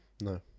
No